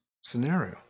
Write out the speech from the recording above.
scenario